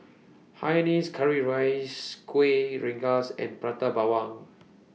Hainanese Curry Rice Kueh Rengas and Prata Bawang